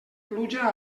pluja